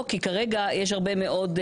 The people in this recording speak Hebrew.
הסתייגות מספר 38, מי בעד?